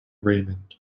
raymond